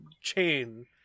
chain